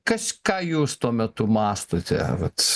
kas ką jūs tuo metu mąstote vat